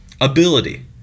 ability